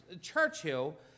Churchill